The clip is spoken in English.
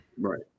right